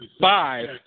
five